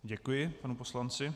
Děkuji panu poslanci.